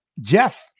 Jeff –